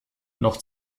noch